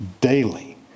daily